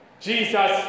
Jesus